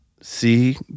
see